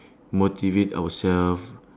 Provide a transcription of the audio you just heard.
motivate ourselves